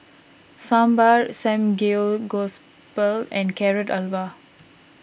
Sambar Samgegospal and Carrot Halwa